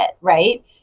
Right